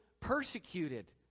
Persecuted